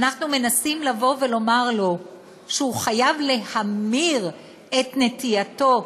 ואנחנו מנסים לבוא ולומר לו שהוא חייב להמיר את נטייתו,